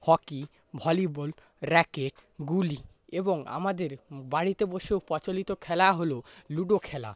hockey volleyball racket গুলি এবং আমাদের বাড়িতে বসেও প্রচলিত খেলা হল লুডো খেলা